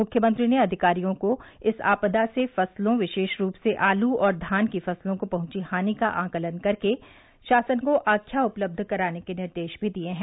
मुख्यमंत्री ने अधिकारियों को इस आपदा से फसलों विशेष रूप से आलू और धान की फसलों को पहंची हानि का आंकलन करके शासन को आख्या उपलब्ध कराने के निर्देश भी दिये हैं